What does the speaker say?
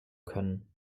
können